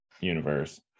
universe